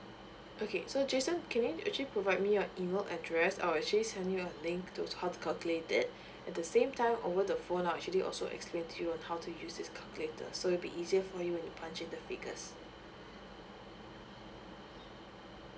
okay so jason can you actually provide me your email address I'll actually send you a link to how to calculator at the same time over the phone I'll actually also explain to you how to use this calculator so it'll be easier for you in punching the figures